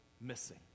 missing